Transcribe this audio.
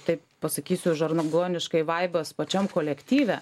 taip pasakysiu žarngoniškai vaibas pačiam kolektyve